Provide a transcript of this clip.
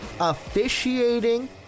officiating